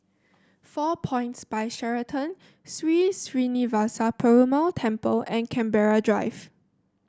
Four Points By Sheraton Sri Srinivasa Perumal Temple and Canberra Drive